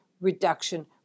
reduction